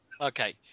okay